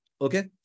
Okay